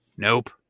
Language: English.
Nope